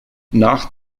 nach